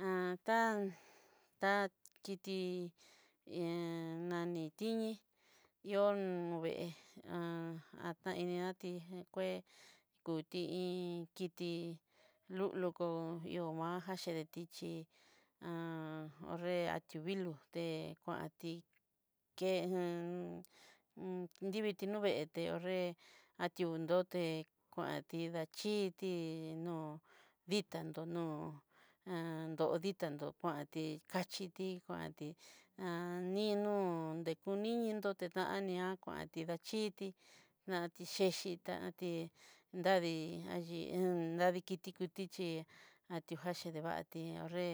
Han tá ta kiti nani tiñe ión vee taininati kue, kuti iin kiti luloko lio va jaxhe detí chí re a tí vilu kuanti kejen, viditi no veeté te ho'nre a tiondoté, kuanti dachíti nó ditá ditannó kuanti kachíti kuanti no ni kudintoti teaña, kuanti dachití nati chechi tánti nraví dadikiti kiti kuti ajocheti divatí ña ho'nre